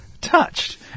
touched